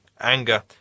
anger